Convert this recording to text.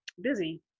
busy